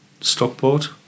Stockport